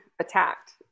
attacked